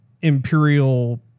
imperial